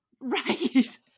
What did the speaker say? right